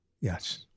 Yes